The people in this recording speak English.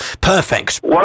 perfect